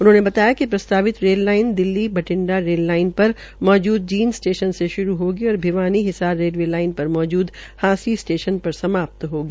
उन्होंने बताया कि प्रस्तावित rail line Delhi Bathinda rail line पर मौजूद जींद स्टेशन से श्रू होगी और भिवानी हिसार रेलवे लाइन पर मौजूद हांसी स्टेश्न पर समाप्त होगी